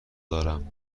دارم